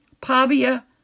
Pavia